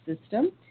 system